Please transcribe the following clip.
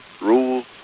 rules